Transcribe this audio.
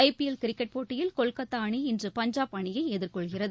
IPL cricket போட்டியில் கொல்கத்தா அணி இன்று பஞ்சாப் அணியை எதிர்கொள்கிறது